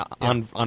on